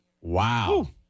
Wow